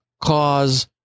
cause